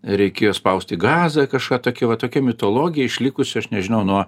reikėjo spausti gazą kažką tokį va tokia mitologija išlikusi aš nežinau nuo